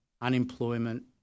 unemployment